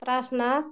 Parasnath